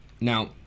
Now